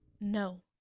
No